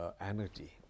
energy